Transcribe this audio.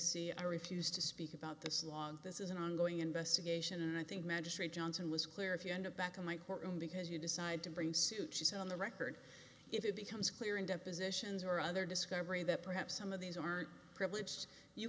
c i refused to speak about this law and this is an ongoing investigation and i think magistrate johnson was clear if you end up back in my courtroom because you decide to bring suit she's on the record if it becomes clear and up positions or other discovery that perhaps some of these are privileged you